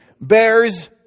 bears